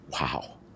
Wow